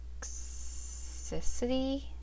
toxicity